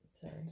Sorry